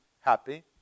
happy